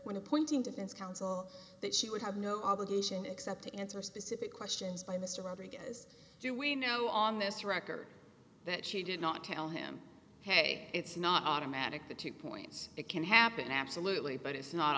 when appointing defense counsel that she would have no obligation except to answer specific questions by mr rodriguez do we know on this record that she did not tell him hey it's not automatic the two points it can happen absolutely but it's not